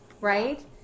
right